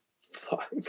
fuck